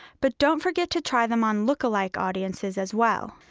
but don't forget to try them on lookalike audiences as well.